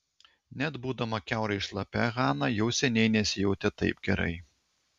net būdama kiaurai šlapia hana jau seniai nesijautė taip gerai